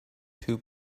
two